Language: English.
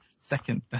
second